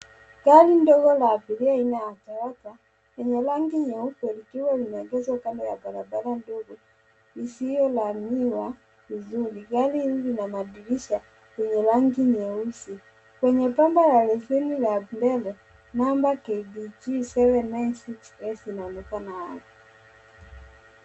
Gari ndogo la abiria aina ya Toyota enye rangi nyeupe likiwa limeegeshwa kando ya barabara ndogo hisiyo lamiwa vizuri. Gari hivi ina madirisha venye rangi nyeusi. Kwenye pamba la lisheni la plate namba KDG 795S zinaonekana hapa.